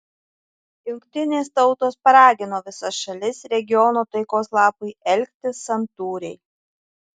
jungtinės tautos paragino visas šalis regiono taikos labui elgtis santūriai